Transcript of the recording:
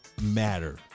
matter